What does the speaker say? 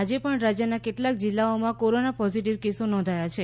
આજે પણ રાજ્યના કેટલાક જીલ્લાઓમાં કોરોના પોઝીટીવ કેસો નોંધાયા છે